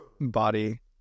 body